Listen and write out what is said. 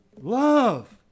Love